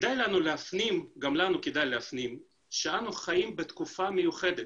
גם לנו כדאי להפנים שאנו חיים בתקופה מיוחדת,